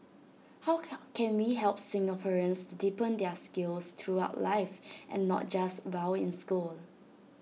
how can can we help Singaporeans to deepen their skills throughout life and not just while in school